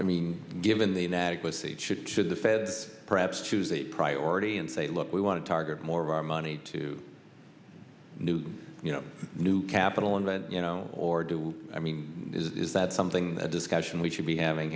i mean given the inadequacy of should should the fed perhaps choose a priority and say look we want to target more of our money to new you know new capital invent you know or do i mean is that something that discussion we should be having